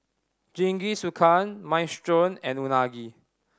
Jingisukan Minestrone and Unagi